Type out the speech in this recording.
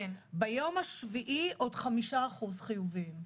ביום השביעי עוד 5% חיוביים.